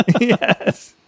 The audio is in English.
Yes